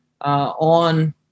on